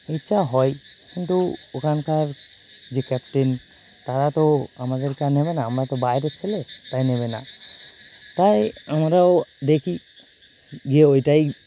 ইচ্ছা হয় কিন্তু ওখানকার যে ক্যাপ্টেন তারা তো আমাদেরকে আর নেবে না আমরা তো বাইরের ছেলে তাই নেবে না তাই আমরাও দেখি যে ওইটাই